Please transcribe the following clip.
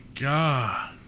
God